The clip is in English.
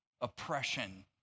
oppression